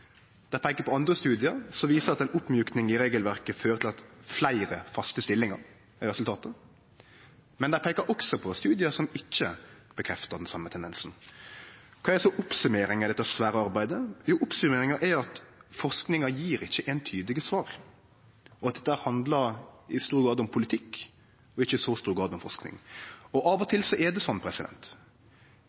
Dei peiker på andre studiar, som viser at ei oppmjuking av regelverket fører til at fleire faste stillingar er resultatet. Men dei peiker også på studiar som ikkje bekreftar den same tendensen. Kva er så oppsummeringa av dette svære arbeidet? Jo, oppsummeringa er at forskinga ikkje gjev eintydige svar, og at dette i stor grad handlar om politikk og ikkje i så stor grad om forsking. Av og til er det sånn.